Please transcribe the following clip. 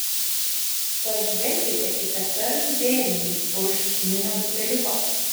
pažvelkite į tą perlų vėrinį už chinino buteliuko